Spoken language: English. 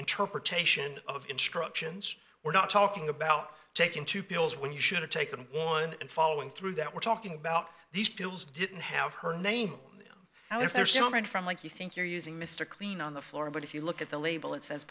interpretation of instructions we're not talking about taking two pills when you should have taken one and following through that we're talking about these pills didn't have her name on them now if there's a moment from like you think you're using mr clean on the floor but if you look at the label it says